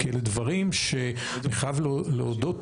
כי אלו דברים שאני חייב להודות,